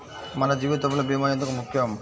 మన జీవితములో భీమా ఎందుకు ముఖ్యం?